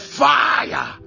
fire